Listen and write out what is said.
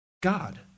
God